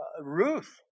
Ruth